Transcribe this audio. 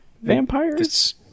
vampires